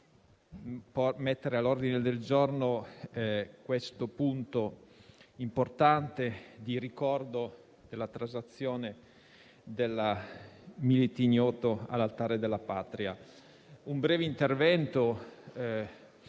mettere all'ordine del giorno questo punto importante del ricordo della traslazione del Milite Ignoto all'Altare della Patria. Il mio sarà un breve intervento,